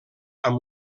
amb